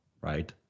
right